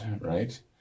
right